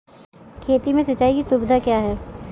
खेती में सिंचाई की सुविधा क्या है?